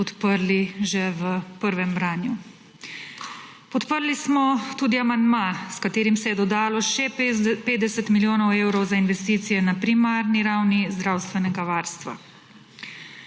podprli že v prvem branju. Podprli smo tudi amandma, s katerim se je dodalo še 50 milijonov evrov za investicije na primarni ravni zdravstvenega varstva.